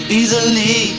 easily